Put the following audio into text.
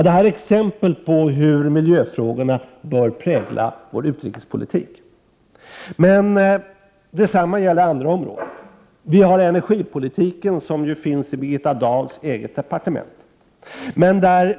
Det här är exempel på hur miljöfrågorna bör prägla vår utrikespolitik. Men detsamma gäller andra områden. Vi har energipolitiken, som ju finns i Birgitta Dahls eget departement.